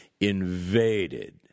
invaded